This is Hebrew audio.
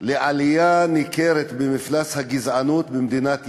לעלייה ניכרת במפלס הגזענות במדינת ישראל,